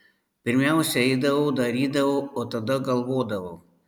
pirmiausia eidavau darydavau o tada galvodavau